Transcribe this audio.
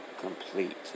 complete